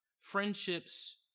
Friendships